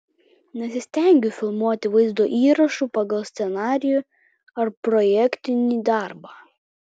nesistengiu filmuoti vaizdo įrašų pagal scenarijų ar projektinį darbą